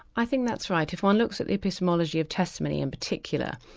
i think that's right. if one looks at the epistemology of testimony in particular,